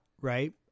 right